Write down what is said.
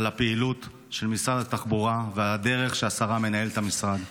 על הפעילות של משרד התחבורה ועל הדרך שבה השרה מנהלת את המשרד.